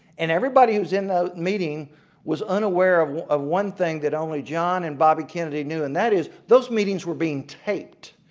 and everybody who was in the meeting was unaware of of one thing that only john and bobby kennedy knew and that was those meetings were being taped.